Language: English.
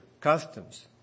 customs